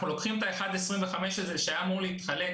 אנחנו לוקחים את ה-1.25% הזה שהיה אמור להתחלק